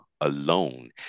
alone